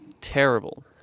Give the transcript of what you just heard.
terrible